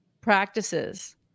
practices